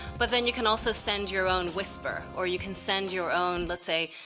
but then you can also send your own whisper, or you can send your own, let's say,